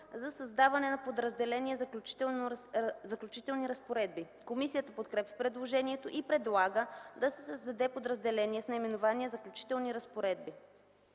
за създаване на подразделение „Заключителни разпоредби”. Комисията подкрепя предложението и предлага да се създаде подразделение с наименование „Заключителни разпоредби”.